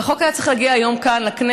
והחוק היה צריך להגיע היום לכנסת.